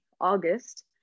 August